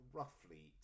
roughly